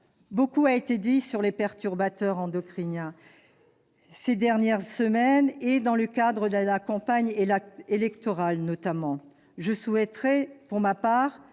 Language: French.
beaucoup question des perturbateurs endocriniens ces dernières semaines, dans le cadre de la campagne électorale, notamment. Je souhaite pour ma part